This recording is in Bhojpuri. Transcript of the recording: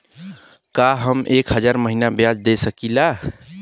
का हम एक हज़ार महीना ब्याज दे सकील?